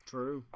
True